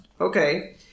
Okay